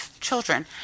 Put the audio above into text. children